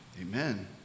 Amen